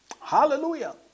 Hallelujah